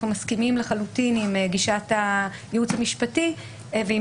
אנחנו מסכימים לחלוטין עם גישת הייעוץ המשפטי ועם